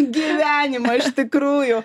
gyvenimą iš tikrųjų